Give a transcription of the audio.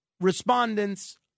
respondents